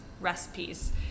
recipes